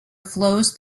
flows